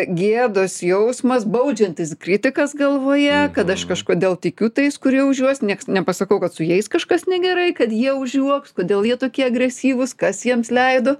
gėdos jausmas baudžiantis kritikas galvoje kad aš kažkodėl tikiu tais kurie už juos nieks nepasakau kad su jais kažkas negerai kad jie užjuoks kodėl jie tokie agresyvūs kas jiems leido